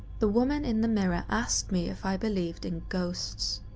the woman in the mirror asked me if i believed in ghosts.